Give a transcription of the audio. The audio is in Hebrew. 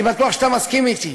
אני בטוח שאתה מסכים אתי: